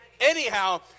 anyhow